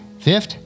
Fifth